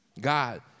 God